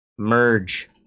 Merge